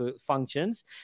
functions